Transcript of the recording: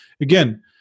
Again